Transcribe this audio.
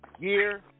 year